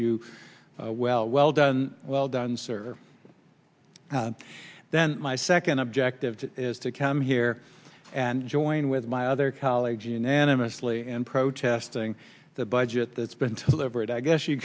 you well well done well done sir then my second objective is to come here and join with my other colleagues unanimously and protesting the budget that's been to liberate i guess you